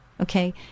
okay